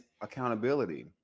accountability